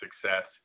success